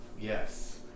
Yes